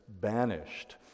banished